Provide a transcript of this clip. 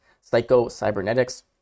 Psycho-Cybernetics